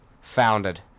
founded